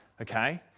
okay